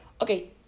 okay